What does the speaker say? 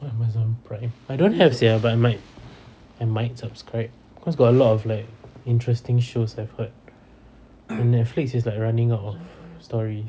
amazon prime I don't have sia but might I might subscribe cause got a lot of like interesting shows I've heard and netflix is like running out of stories